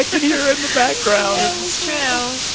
ah yeah her in the background it's true.